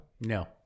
No